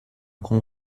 com